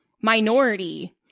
minority